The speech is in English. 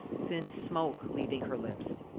thin smoke leaving her lips.